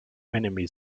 enemy